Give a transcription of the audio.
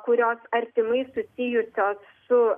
kurios artimai susijusios su